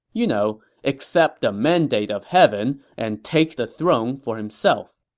you know, accept the mandate of heaven and take the throne for himself